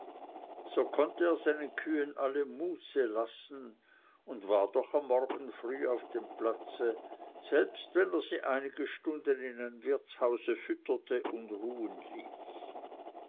so konnte er seinen kühen alle muße lassen und war doch am morgen früh auf dem platze selbst wenn er sie einige stunden in einem wirtshause fütterte und ruhen ließ